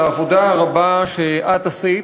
על העבודה הרבה שאת עשית,